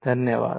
धन्यवाद